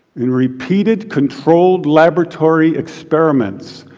in repeated controlled laboratory experiments,